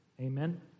Amen